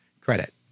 credit